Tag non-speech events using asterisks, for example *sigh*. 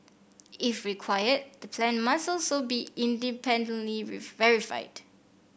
if required the plan must also be independently *unintelligible* verified